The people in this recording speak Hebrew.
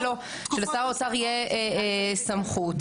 שלשר האוצר תהיה סמכות,